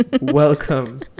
Welcome